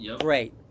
great